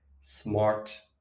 smart